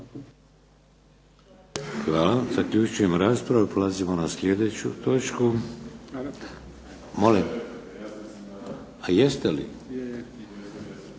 Hvala. Zaključujem raspravu. Prelazimo na sljedeću točku. Izvolite